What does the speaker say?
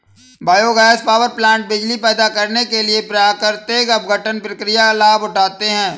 biogas पावरप्लांट बिजली पैदा करने के लिए प्राकृतिक अपघटन प्रक्रिया का लाभ उठाते हैं